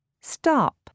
Stop